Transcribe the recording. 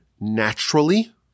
naturally